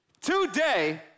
today